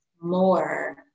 more